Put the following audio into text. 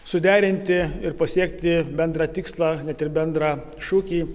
suderinti ir pasiekti bendrą tikslą net ir bendra šūkį